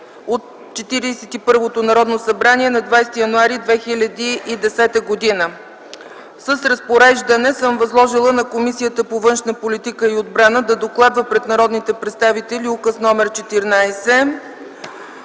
първото Народно събрание на 20 януари 2010 г. С разпореждане съм възложила на Комисията по външна политика и отбрана да докладва пред народните представители Указ № 14.